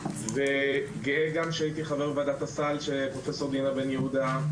אני גאה שהייתי גם חבר בוועדת הסל שעמדה בראשה פרופ' דינה בן יהודה.